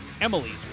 Emily's